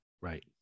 Right